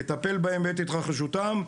לטפל בהם בעת התרחשותם,